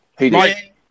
Mike